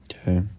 Okay